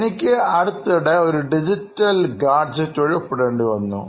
എനിക്ക് അടുത്തിടെ ഒരു ഡിജിറ്റൽ ഗാഡ്ജെറ്റ് വഴി ഒപ്പിടേണ്ടിവന്നു